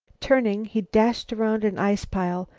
turning, he dashed around an ice-pile,